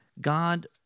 God